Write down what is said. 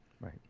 right